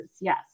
yes